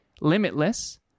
Limitless